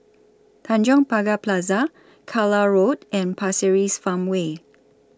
Tanjong Pagar Plaza Carlisle Road and Pasir Ris Farmway